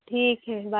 ٹھیک ہے بائے